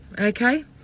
okay